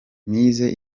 nize